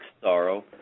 sorrow